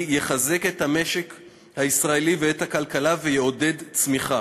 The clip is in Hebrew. יחזק את המשק הישראלי ואת הכלכלה ויעודד צמיחה.